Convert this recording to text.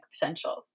potential